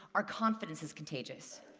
our confidence is contagious.